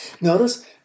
Notice